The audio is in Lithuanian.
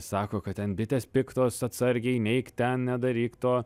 sako kad ten bitės piktos atsargiai neik ten nedaryk to